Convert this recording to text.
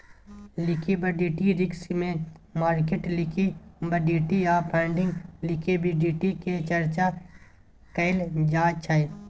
liquidity risk मे market liquidity आ funding liquidity के चर्चा कएल जाइ छै